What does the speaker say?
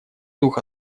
дух